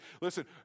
Listen